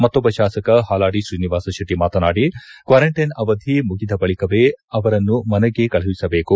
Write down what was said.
ಮತ್ತೊಬ್ಬ ಶಾಸಕ ಹಾಲಾಡಿ ಶ್ರೀನಿವಾಸ ಶೆಟ್ಟಿ ಮಾತನಾಡಿ ಕ್ವಾರಂಟೈನ್ ಅವಧಿ ಮುಗಿದ ಬಳಿಕವೇ ಅವರನ್ನು ಮನೆಗೆ ಕಳುಹಿಸಬೇಕು